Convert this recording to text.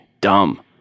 dumb